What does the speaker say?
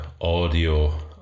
audio